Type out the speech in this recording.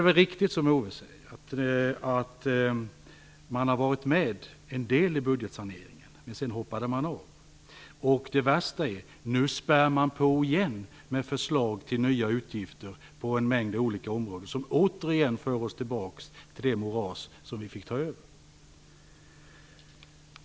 Det är riktigt som Owe Hellberg säger att Vänsterpartiet var med i en del av budgetsaneringen. Sedan hoppade man dock av. Det värsta är att man nu spär på igen med förslag till nya utgifter på en mängd olika områden som återigen för oss tillbaka till det moras vi fick ta över.